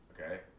Okay